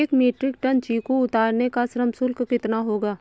एक metric tonne चीकू उतारने का श्रम शुल्क कितना होगा?